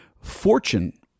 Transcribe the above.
Fortune